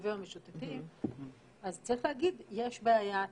הכלבים המשוטטים אז צריך להגיד שיש בעיית